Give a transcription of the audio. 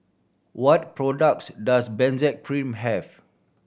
what products does Benzac Cream have